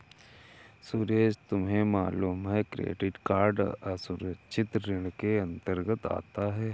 सुरेश तुम्हें मालूम है क्रेडिट कार्ड असुरक्षित ऋण के अंतर्गत आता है